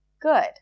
good